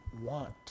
want